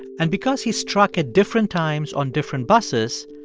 and because he struck at different times on different buses,